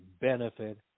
benefit